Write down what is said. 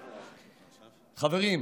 חברים,